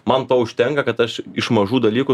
man to užtenka kad aš iš mažų dalykų